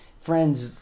friends